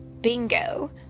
Bingo